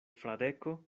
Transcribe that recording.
fradeko